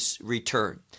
return